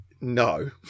No